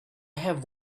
have